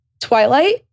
Twilight